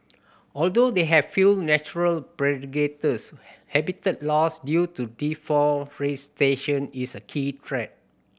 although they have few natural predators habitat loss due to deforestation is a key threat